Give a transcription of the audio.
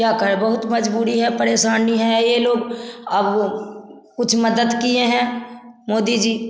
क्या करे बहुत मजबूरी है परेशानी है यह लोग अब वे कुछ मदद किए हैं मोदी जी